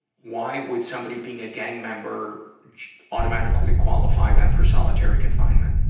why would somebody being a gang member automatically qualify them for solitary confinement?